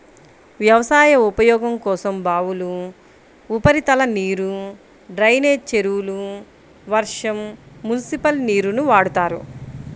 వ్యవసాయ ఉపయోగం కోసం బావులు, ఉపరితల నీరు, డ్రైనేజీ చెరువులు, వర్షం, మునిసిపల్ నీరుని వాడతారు